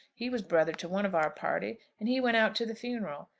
he was brother to one of our party, and he went out to the funeral.